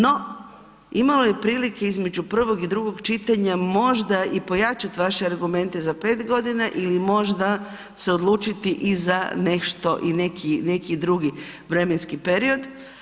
No, imalo je prilike između prvog i drugog čitanja možda i pojačati vaše argumente za 5 godina ili možda se odlučiti i za nešto i za neki drugi vremenski period.